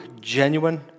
genuine